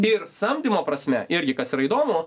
ir samdymo prasme irgi kas yra įdomu